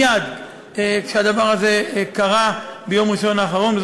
מייד כשהדבר הזה קרה ביום ראשון האחרון,